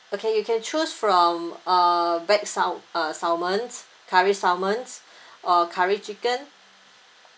okay you can choose from uh baked sal~ uh salmons curry salmons or curry chicken